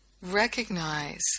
recognize